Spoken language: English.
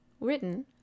written